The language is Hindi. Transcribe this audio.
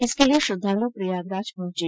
इसके लिये श्रद्धालु प्रयागराज पहुंचे